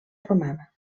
romana